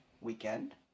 weekend